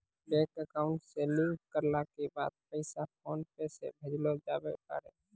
bank account से link करला के बाद पैसा फोनपे से भेजलो जावै पारै